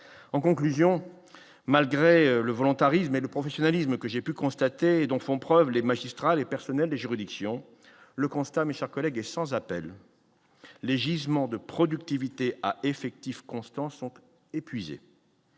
en conclusion : malgré le volontarisme et le professionnalisme que j'ai pu constater dont font preuve les magistrats, les personnels des juridictions le constat Michard collègues est sans appel : les gisements de productivité à effectifs constants sont épuisés